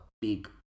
big